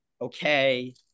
okay